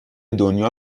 دنیا